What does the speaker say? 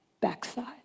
backside